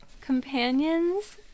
companions